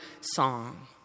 song